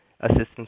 assistance